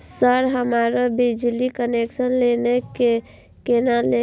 Sir हमरो बिजली connection लेना छे केना लेबे?